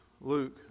Luke